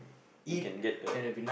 you can get the